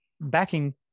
backing